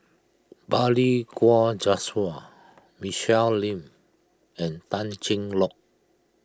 Balli Kaur Jaswal Michelle Lim and Tan Cheng Lock